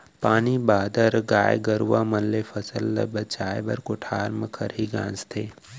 पानी बादर, गाय गरूवा मन ले फसल ल बचाए बर कोठार म खरही गांजथें